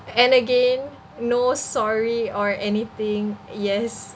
and again no sorry or anything yes